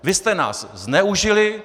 Vy jste nás zneužili.